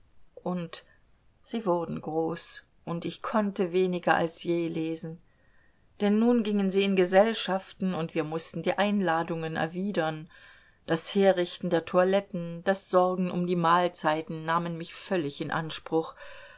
und sie wurden groß und ich konnte weniger als je lesen denn nun gingen sie in gesellschaften und wir mußten die einladungen erwidern das herrichten der toiletten das sorgen um die mahlzeiten nahmen mich völlig in anspruch